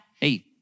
Hey